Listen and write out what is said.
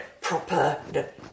proper